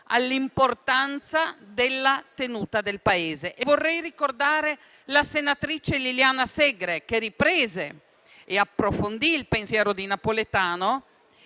all'importanza della tenuta del Paese. E vorrei ricordare la senatrice Liliana Segre, che riprese e approfondì il pensiero di Napolitano,